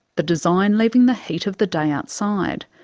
the design leaving the heat of the day outside.